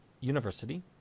University